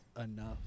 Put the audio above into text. enough